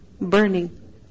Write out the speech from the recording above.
burning